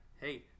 hey